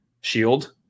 shield